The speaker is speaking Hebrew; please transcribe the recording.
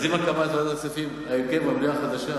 אז עם הקמת ועדת הכספים והרכב המליאה החדש,